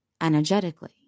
energetically